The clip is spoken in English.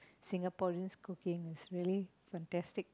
Singaporeans' cooking is really fantastic